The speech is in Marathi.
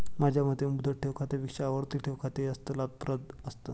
माझ्या मते मुदत ठेव खात्यापेक्षा आवर्ती ठेव खाते जास्त लाभप्रद असतं